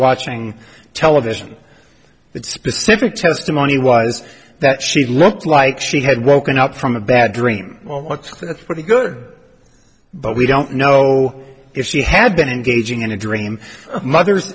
watching television the specific testimony was that she looked like she had woken up from a bad dream what's a pretty good but we don't know if she had been engaging in a dream mothers